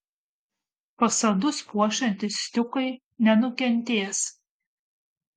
fasadus puošiantys stiukai nenukentės